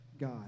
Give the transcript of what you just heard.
God